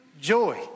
joy